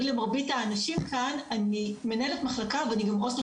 למרבית האנשים כאן אני מנהלת מחלקה ואני גם עו"ס לחוק נוער